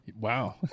Wow